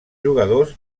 jugadors